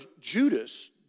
Judas